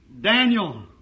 Daniel